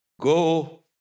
Go